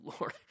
lord